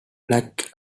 plaque